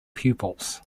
pupils